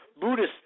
Buddhist